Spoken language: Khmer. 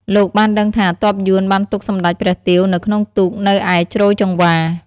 លោកបានដឹងថា ទ័ពយួនបានទុកសម្តេចព្រះទាវនៅក្នុងទូកនៅឯជ្រោយចង្វា។